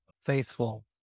faithful